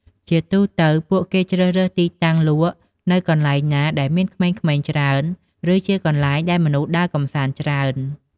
ជាទូទៅ ពួកគេជ្រើសរើសទីតាំងលក់នៅកន្លែងណាដែលមានក្មេងៗច្រើន ឬជាកន្លែងដែលមនុស្សដើរកម្សាន្តច្រើន។